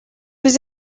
was